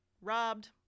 robbed